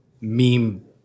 meme